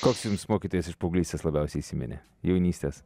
koks jums mokytojas iš paauglystės labiausiai įsiminė jaunystės